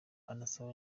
anasaba